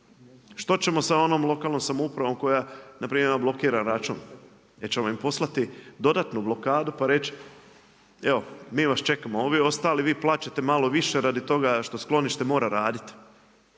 Što ćemo sa onom lokalnom samoupravom koja npr. ima blokiran račun? Jel ćemo im poslati dodatnu blokadu i reći evo mi vas čekamo, a ovi ostali vi plaćate malo više radi toga što sklonište mora raditi.